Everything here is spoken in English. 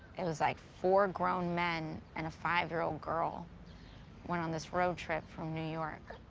it was like four grown men and a five-year-old girl went on this road trip from new york.